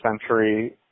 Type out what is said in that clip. century